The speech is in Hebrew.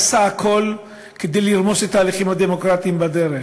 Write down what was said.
עשה הכול כדי לרמוס את ההליכים הדמוקרטיים בדרך.